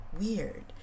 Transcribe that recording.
Weird